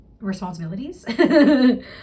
responsibilities